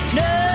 no